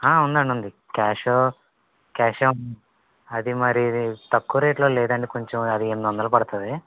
ఉందండి ఉంది cash cash అది మరీ తక్కువ రేటులో లేదండి కొంచెం అది ఎనిమిదొందలు పడుతుంది